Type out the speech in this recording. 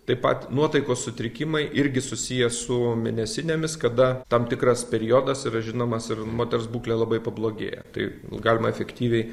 taip pat nuotaikos sutrikimai irgi susiję su mėnesinėmis kada tam tikras periodas yra žinomas ir moters būklė labai pablogėja tai galima efektyviai